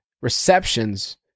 receptions